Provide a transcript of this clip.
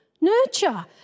nurture